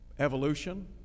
evolution